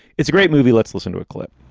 it's a great movie. let's listen to a clip